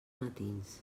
matins